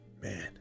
Man